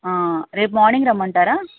రేపు మార్నింగ్ రమ్మంటారా